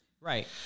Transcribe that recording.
Right